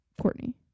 Courtney